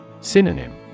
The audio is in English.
Synonym